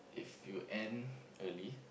if you end early